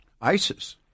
ISIS